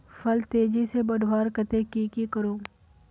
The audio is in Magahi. फल तेजी से बढ़वार केते की की करूम?